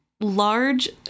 large